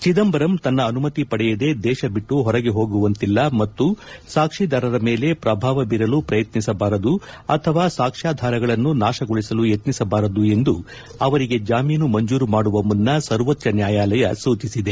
ಚೆದಂಬರಮ್ ತನ್ನ ಅನುಮತಿ ಪಡೆಯದೆ ದೇಶ ಬಿಟ್ಟು ಹೊರಗೆ ಹೋಗುವಂತಿಲ್ಲ ಮತ್ತು ಸಾಕ್ವೀದಾರರ ಮೇಲೆ ಪ್ರಭಾವ ಬೀರಲು ಪ್ರಯತ್ನಿಸಬಾರದು ಅಥವಾ ಸಾಕ್ವಾಧಾರಗಳನ್ನು ನಾಶಗೊಳಿಸಲು ಯತ್ತಿಸಬಾರದು ಎಂದು ಅವರಿಗೆ ಜಾಮೀನು ಮಂಜೂರು ಮಾಡುವ ಮುನ್ನ ಸರ್ವೋಚ್ಚ ನ್ಯಾಯಾಲಯ ಸೂಚಿಸಿದೆ